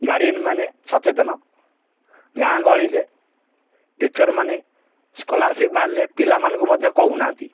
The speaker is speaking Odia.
ଗାର୍ଡିଆନ୍ ମାନେ ସଚେତନ ଗାଁ ଗହଳିରେ ଟିଚର୍ମାନେ ସ୍କଲାରସିପ୍ ବାହାରିଲେ ପିଲାମାନଙ୍କୁ ମଧ୍ୟ କହୁନାହାନ୍ତି